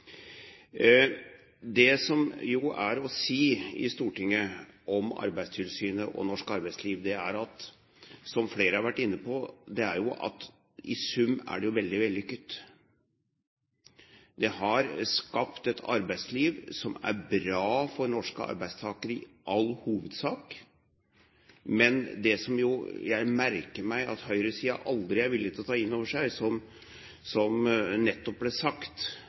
Stortinget om Arbeidstilsynet og norsk arbeidsliv, er, som flere har vært inne på, at i sum er det veldig vellykket. Vi har skapt et arbeidsliv som er bra for norske arbeidstakere i all hovedsak, men det som jeg merker meg at høyresiden aldri er villig til å ta inn over seg, som det nettopp ble sagt